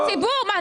זה ציבור.